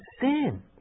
sin